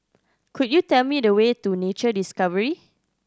could you tell me the way to Nature Discovery